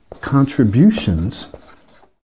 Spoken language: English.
contributions